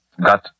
got